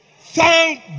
thank